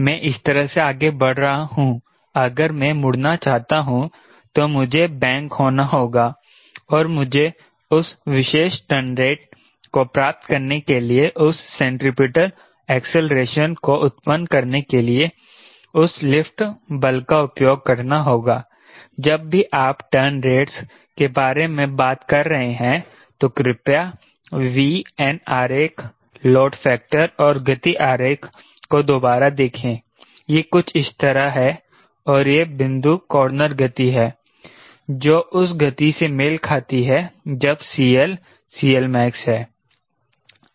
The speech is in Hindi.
मैं इस तरह से आगे बढ़ रहा हूं अगर मैं मुड़ना चाहता हूं तो मुझे बैंक होना होगा और मुझे उस विशेष टर्न रेट को प्राप्त करने के लिए उस सेंट्रिपेटल ऐक्सेलरेशन को उत्पन्न करने के लिए उस लिफ्ट बल का उपयोग करना होगा जब भी आप टर्न रेट्स के बारे में बात कर रहे हैं तो कृपया V n आरेख लोड फैक्टर और गति आरेख को दोबारा देखें यह कुछ इस तरह है और यह बिंदु कॉर्नर गति है जो उस गति से मेल खाती है जब CL CLmax है n nmax है